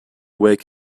wake